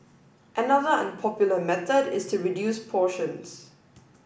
another unpopular method is to reduce portions